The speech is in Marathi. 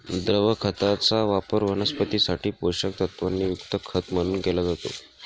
द्रव खताचा वापर वनस्पतीं साठी पोषक तत्वांनी युक्त खत म्हणून केला जातो